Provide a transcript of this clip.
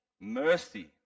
Mercy